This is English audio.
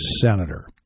senator